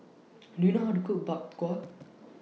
Do YOU know How to Cook Bak Kwa